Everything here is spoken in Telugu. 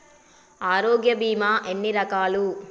ఆరోగ్య బీమా ఎన్ని రకాలు?